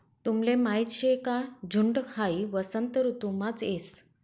तुमले माहीत शे का झुंड हाई वसंत ऋतुमाच येस